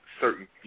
certain